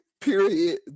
Period